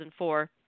2004